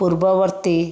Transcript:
ପୂର୍ବବର୍ତ୍ତୀ